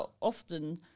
often